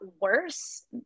worse